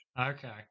Okay